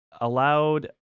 allowed